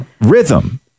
rhythm